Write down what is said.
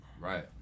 Right